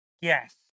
yes